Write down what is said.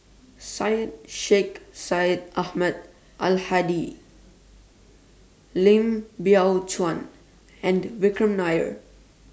Syed Sheikh Syed Ahmad Al Hadi Lim Biow Chuan and Vikram Nair